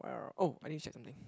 oh I need check something